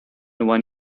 one